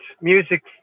music